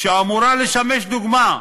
שאמורה לשמש דוגמה,